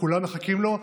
כולם מחכים לו.